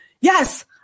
yes